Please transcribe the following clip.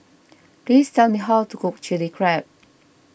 please tell me how to cook Chili Crab